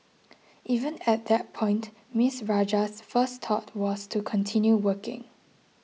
even at that point Ms Rajah's first thought was to continue working